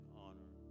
honor